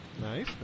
nice